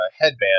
headband